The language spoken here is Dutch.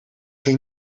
ging